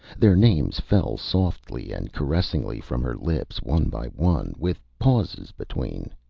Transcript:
their names fell softly and caressingly from her lips, one by one, with pauses between.